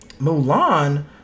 Mulan